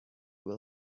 will